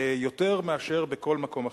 יותר מאשר בכל מקום אחר.